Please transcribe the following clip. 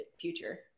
future